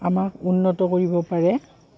আমাক উন্নত কৰিব পাৰে